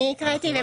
אני הקראתי.